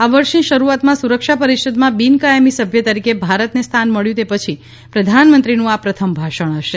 આ વર્ષની શરૂઆતમાં સુરક્ષા પરિષદમાં બીન કાયમી સભ્ય તરીકે ભારતને સ્થાન મળ્યું તે પછી પ્રધાનમંત્રીનું આ પ્રથમ ભાષણ હશે